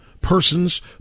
persons